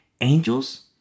Angels